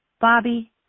Bobby